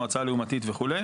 מועצה לעומתית וכו'.